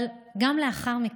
אבל גם לאחר מכן,